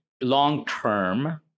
long-term